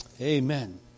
Amen